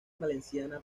valenciana